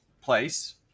place